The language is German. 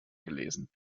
gelesen